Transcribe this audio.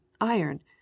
iron